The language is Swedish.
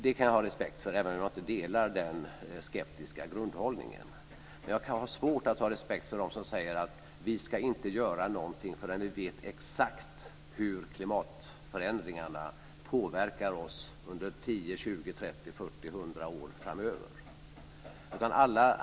Jag kan ha respekt för det även om jag inte delar den skeptiska grundhållningen, men jag har svårt att ha respekt för dem som säger att vi inte ska göra någonting förrän vi vet exakt hur klimatförändringarna påverkar oss under 10, 20, 30, 40 och 100 år framöver.